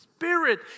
Spirit